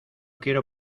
quiero